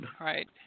right